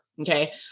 okay